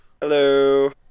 Hello